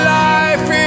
life